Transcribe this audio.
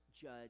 judge